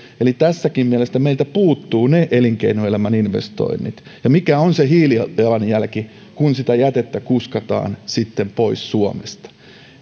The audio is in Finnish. eli tässäkin mielessä meiltä puuttuvat ne elinkeinoelämän investoinnit ja mikä on se hiilijalanjälki kun sitä jätettä kuskataan sitten pois suomesta